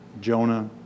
Jonah